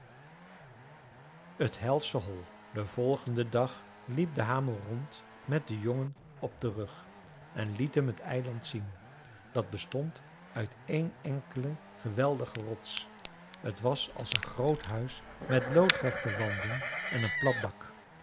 het helsche hol den volgenden dag liep de hamel rond met den jongen op den rug en liet hem het eiland zien dat bestond uit één enkele geweldige rots t was als een groot huis met loodrechte wanden en een plat dak